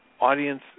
audience